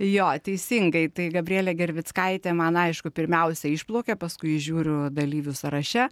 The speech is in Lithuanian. jo teisingai tai gabrielė gervickaitė man aišku pirmiausia išplaukė paskui žiūriu dalyvių sąraše